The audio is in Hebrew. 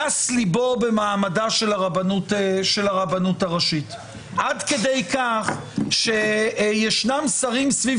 גס ליבו במעמדה של הרבנות הראשית עד כדי כך שישנים שרים סביב